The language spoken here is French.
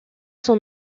son